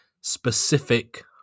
specific